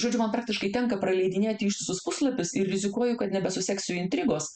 žodžiu man praktiškai tenka praleidinėti ištisus puslapius ir rizikuoju kad nebesuseksiu intrigos